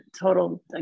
total